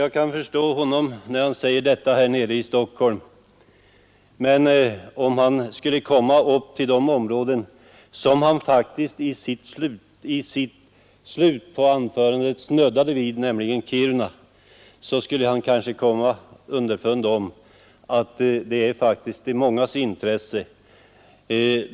Jag kan förstå honom när han säger detta här nere i Stockholm, men om han skulle komma till det område som han faktiskt snuddade vid i slutet av sitt anförande, nämligen Kiruna, skulle han kanske komma underfund med att skotertrafik faktiskt är i mångas intresse.